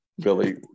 Billy